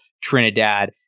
Trinidad